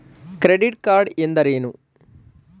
Credit card ಎಂದರೇನು?